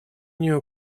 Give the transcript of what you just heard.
нее